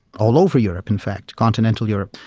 all over europe in fact, continental europe,